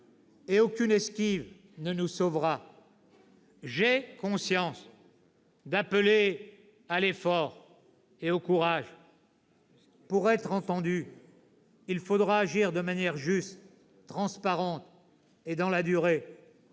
et aucune esquive ne nous sauvera. J'ai conscience d'appeler à l'effort et au courage. Pour être entendu, il faudra agir de manière juste, transparente et dans la durée,